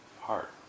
heart